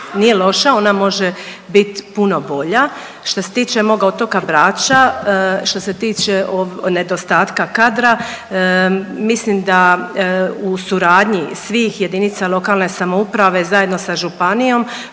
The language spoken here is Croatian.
Nije loša, ona može biti puno bolja. Što se tiče mog otoka Brača, što se tiče nedostatka kadra mislim da u suradnji svih jedinica lokalne samouprave zajedno sa županijom